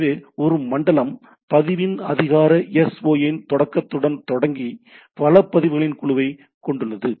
எனவே ஒரு மண்டலம் பதிவின் அதிகார SOA இன் தொடக்கத்துடன் தொடங்கி வள பதிவுகளின் குழுவைக் கொண்டுள்ளது